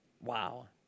Wow